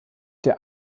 der